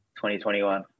2021